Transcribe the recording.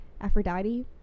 Aphrodite